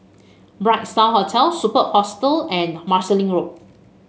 Bright Star Hotel Superb Hostel and Marsiling Road